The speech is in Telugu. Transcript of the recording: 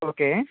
ఓకే